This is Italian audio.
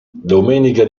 domenica